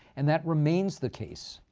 and that remains the case.